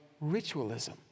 ritualism